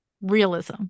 realism